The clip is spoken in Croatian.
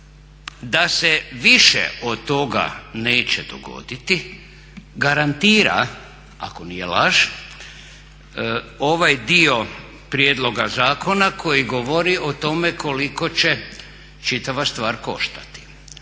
Da se više od toga neće dogoditi garantira, ako nije laž, ovaj dio prijedloga zakona koji govori o tome koliko će čitava stvar koštati.